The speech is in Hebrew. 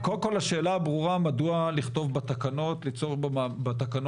אני כבר אומר שאנחנו נתעניין לשמוע מדוע עדיין יש הבדלים